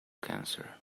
cancer